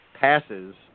Passes